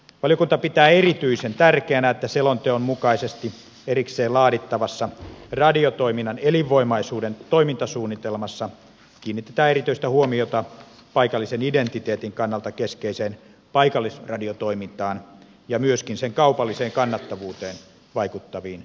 valiokunta pitää erityisen tärkeänä että selonteon mukaisesti erikseen laadittavassa radiotoiminnan elinvoimaisuuden toimintasuunnitelmassa kiinnitetään erityistä huo miota paikallisen identiteetin kannalta keskeiseen paikallisradiotoimintaan ja myöskin sen kaupalliseen kannattavuuteen vaikuttaviin tekijöihin